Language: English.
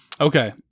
Okay